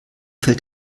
fällt